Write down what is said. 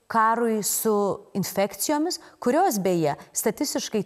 karui su infekcijomis kurios beje statistiškai